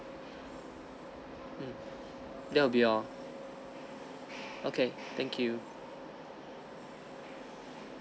um that will be all okay thank you